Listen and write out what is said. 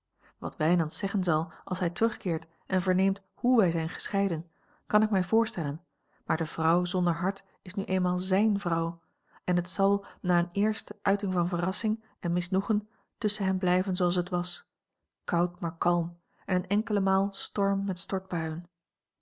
wat wijnands zeggen zal als hij terugkeert en verneemt hoe wij zijn gescheiden kan ik mij voorstellen maar de vrouw zonder hart is n eenmaal zijne vrouw en het zal na eene eerste uiting van verrassing en a l g bosboom-toussaint langs een omweg misnoegen tusschen hen blijven zooals het was koud maar kalm en een enkele maal storm met